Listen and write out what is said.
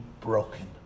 broken